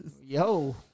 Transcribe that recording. Yo